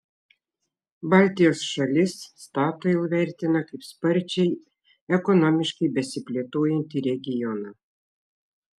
baltijos šalis statoil vertina kaip sparčiai ekonomiškai besiplėtojantį regioną